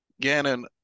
Gannon